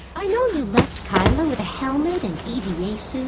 know you left keila with a helmet and e v a. suit,